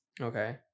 Okay